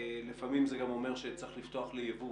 ולפעמים זה גם אומר שצריך לפתוח לייבוא